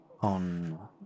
on